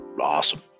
awesome